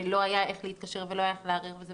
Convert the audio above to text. ולא היה איך להתקשר ולא היה איך לערער.